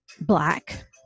black